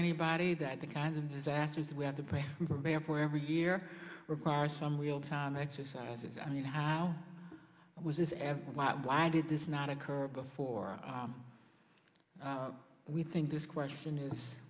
anybody that the kinds of disasters we have to pay for every year require some real time exercises i mean how was this and why why did this not occur before we think this question is